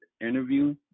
interview